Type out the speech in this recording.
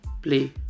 Play